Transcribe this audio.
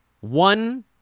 one